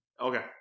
Okay